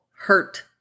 hurt